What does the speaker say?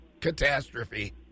catastrophe